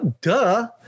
Duh